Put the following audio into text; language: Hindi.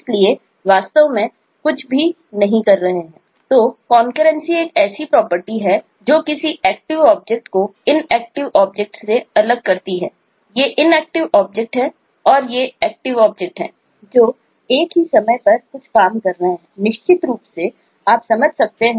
इसलिए वे वास्तव में कुछ भी नहीं कर रहे हैं